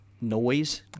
noise